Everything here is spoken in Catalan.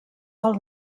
del